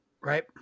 Right